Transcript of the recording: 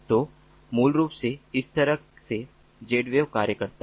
तो मूल रूप से इस तरह से Zwave कार्य करता है